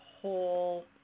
whole